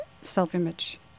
self-image